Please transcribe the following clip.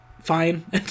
fine